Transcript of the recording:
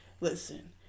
Listen